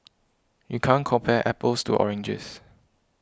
you can't compare apples to oranges